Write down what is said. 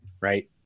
Right